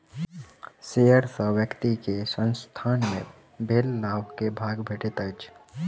share सॅ व्यक्ति के संसथान मे भेल लाभ के भाग भेटैत अछि